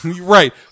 Right